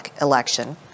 election